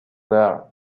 there